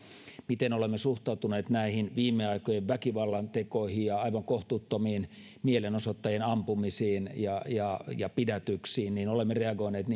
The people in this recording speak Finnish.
miten olemme suhtautuneet näihin viime aikojen väkivallantekoihin ja aivan kohtuuttomiin mielenosoittajien ampumisiin ja ja pidätyksiin olemme reagoineet